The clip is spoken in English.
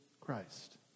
Christ